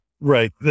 right